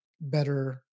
better